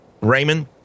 Raymond